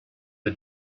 the